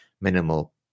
minimal